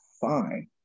fine